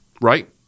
right